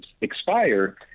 expire